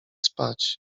spać